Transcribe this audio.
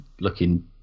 looking